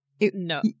no